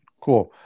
Cool